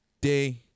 day